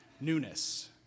newness